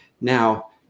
Now